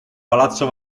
palazzo